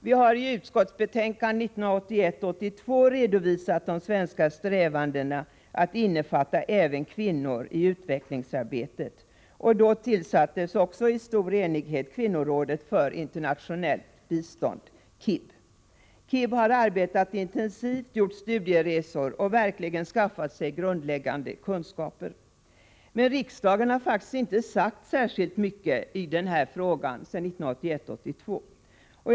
Vi har i ett betänkande 1981 82.